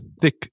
thick